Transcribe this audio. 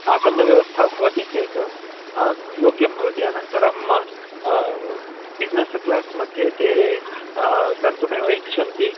आसन्दव्यवस्था भवति चेत् योग्यं भवति अनन्तरं बिस्नेस् क्लास् मध्ये ते गन्तुमेव इच्छन्ति